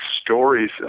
stories